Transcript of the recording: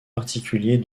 particulier